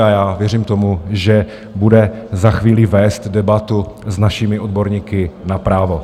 A já věřím tomu, že bude za chvíli vést debatu s našimi odborníky na právo.